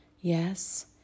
Yes